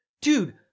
Dude